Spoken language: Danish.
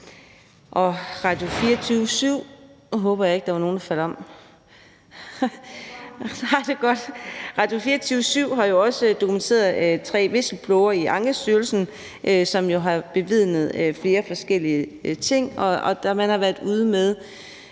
Radio24syv har jo også dokumenteret, at der er tre whistleblowere i Ankestyrelsen, som har bevidnet flere forskellige ting. Man har været ude med,